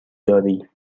داری